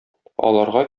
аларга